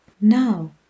Now